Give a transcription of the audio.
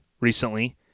recently